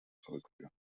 zurückführen